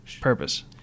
purpose